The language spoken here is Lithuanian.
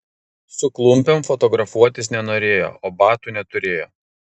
su klumpėm fotografuotis nenorėjo o batų neturėjo